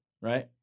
right